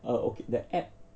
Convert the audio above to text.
err okay the app